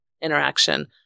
interaction